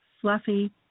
fluffy